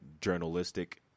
journalistic